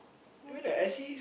but Silk-Air